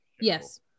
yes